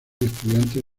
estudiantes